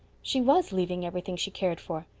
she was leaving everything she cared for.